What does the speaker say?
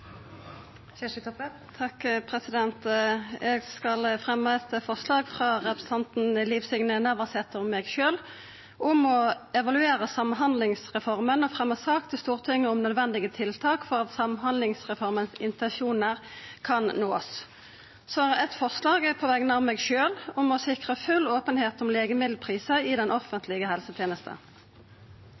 Kjersti Toppe vil legge frem to representantforslag. Eg skal fremja eit forslag frå representanten Liv Signe Navarsete og meg sjølv om å be regjeringa evaluera samhandlingsreforma og fremja sak til Stortinget om nødvendige tiltak for at intensjonane i samhandlingsreforma kan verta nådde. Vidare vil eg fremja eit forslag på vegner av meg sjølv om å sikra full openheit om legemiddelprisar i den offentlege helsetenesta.